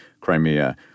Crimea